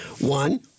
One